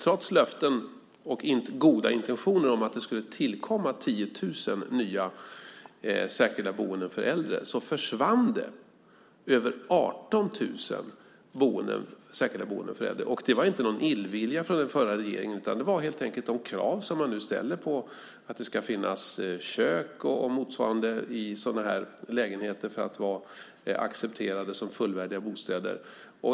Trots löften och goda intentioner om att det skulle tillkomma 10 000 nya särskilda boenden för äldre försvann över 18 000 särskilda boenden för äldre. Det var inte någon illvilja från den förra regeringen utan det var fråga om de krav som nu ställs på att det ska finnas kök och motsvarande i sådana lägenheter för att de ska vara accepterade som fullvärdiga bostäder.